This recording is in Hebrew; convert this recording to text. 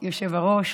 יושב-הראש.